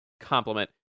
compliment